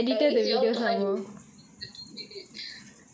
at least you all try to keep the two minutes